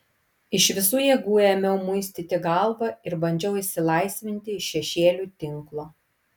iš visų jėgų ėmiau muistyti galvą ir bandžiau išsilaisvinti iš šešėlių tinklo